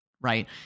right